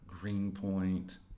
Greenpoint